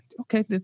okay